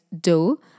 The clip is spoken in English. dough